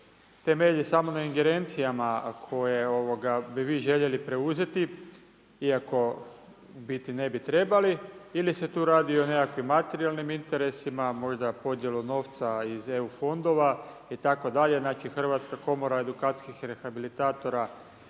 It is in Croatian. temelji samo na ingerencijama koje bi vi željeli preuzeti iako u biti ne bi trebali, ili se tu radi o nekakvim materijalnim interesima, možda podjela novca iz EU fondova itd.? Znači, Hrvatska komora edukacijskih rehabilitatora